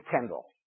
Kendall